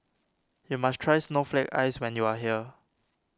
you must try Snowflake Ice when you are here